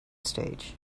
stage